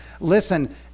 Listen